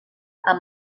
amb